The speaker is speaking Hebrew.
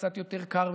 קצת יותר קר,